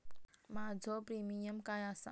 माझो प्रीमियम काय आसा?